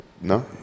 No